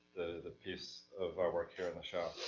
the piece of artwork here in the shop.